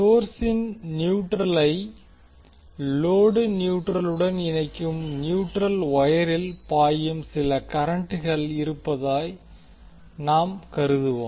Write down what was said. சோர்ஸின் நியூட்ரலை லோடு நியூட்ரலுடன் இணைக்கும் நியூட்ரல் வொயரில் பாயும் சில கரண்ட்கள் இருப்பதாக நாங்கள் கருதுவோம்